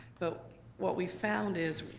but what we found is,